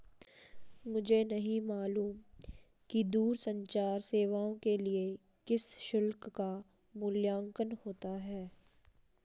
मुझे नहीं मालूम कि दूरसंचार सेवाओं के लिए किस शुल्क का मूल्यांकन होता है?